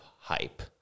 hype